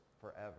forever